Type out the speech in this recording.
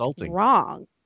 wrong